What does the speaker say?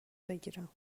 بگیرم